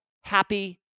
happy